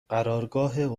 قرارگاه